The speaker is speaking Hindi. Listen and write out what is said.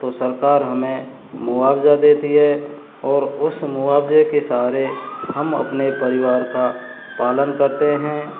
तो सरकार हमें मुआवज़ा देती है और उसे मुआवज़े के सहारे हम अपने परिवार का पालन करते हैं